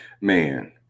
Man